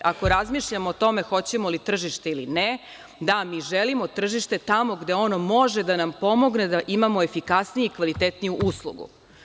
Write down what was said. Ako razmišljamo o tome hoćemo li tržište ili ne, da, mi želimo tržište tamo gde ono može da nam pomogne da imamo efikasniju i kvalitetniju uslugu.